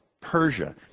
Persia